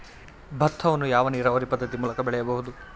ಭತ್ತವನ್ನು ಯಾವ ನೀರಾವರಿ ಪದ್ಧತಿ ಮೂಲಕ ಬೆಳೆಯಬಹುದು?